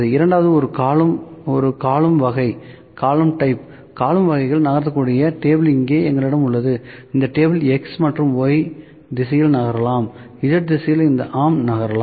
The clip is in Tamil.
இரண்டாவது ஒரு காலும் வகை காலும் வகையில் நகர்த்தக்கூடிய டேபிள் இங்கே எங்களிடம் உள்ளது இந்த டேபிள் X மற்றும் Y திசையில் நகரலாம் Z திசையில் இந்த ஆர்ம் நகரலாம்